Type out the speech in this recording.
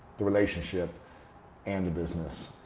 the relationship and the business?